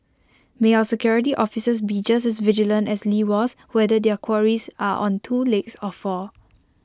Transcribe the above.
may our security officers be just as vigilant as lee was whether their quarries are on two legs or four